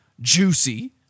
Juicy